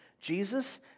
Jesus